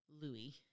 Louis